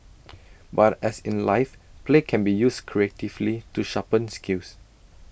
but as in life play can be used creatively to sharpen skills